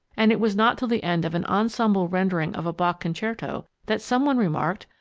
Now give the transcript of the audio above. and it was not till the end of an ensemble rendering of a bach concerto, that some one remarked,